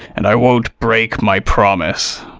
and i won't break my promise.